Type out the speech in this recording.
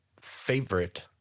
favorite